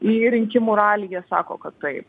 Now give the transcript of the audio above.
į rinkimų ralį jie sako kad taip